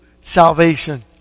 salvation